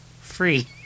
Free